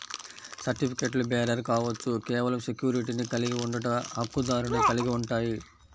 సర్టిఫికెట్లుబేరర్ కావచ్చు, కేవలం సెక్యూరిటీని కలిగి ఉండట, హక్కుదారుని కలిగి ఉంటాయి,